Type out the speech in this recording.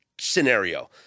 scenario